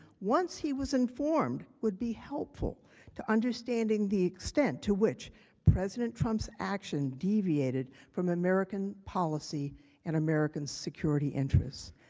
once he was informed, would be helpful to understanding the extent to which president trump's action deviated from american policy and american security interest.